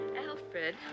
Alfred